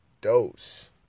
dose